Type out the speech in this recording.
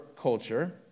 culture